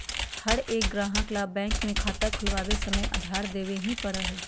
हर एक ग्राहक ला बैंक में खाता खुलवावे समय आधार देवे ही पड़ा हई